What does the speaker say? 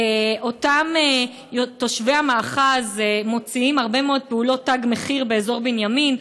אותם תושבי המאחז מוציאים הרבה מאוד פעולות "תג מחיר" באזור בנימין,